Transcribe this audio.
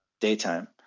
daytime